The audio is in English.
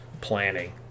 planning